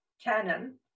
canon